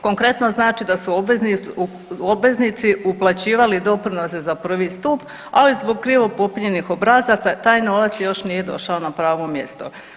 Konkretno znači da su obveznici uplaćivali doprinose za prvi stup, ali zbog krivo popunjenih obrazaca taj novac još nije došao na pravo mjesto.